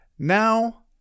Now